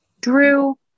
drew